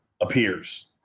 appears